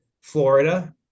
Florida